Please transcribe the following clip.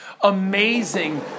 amazing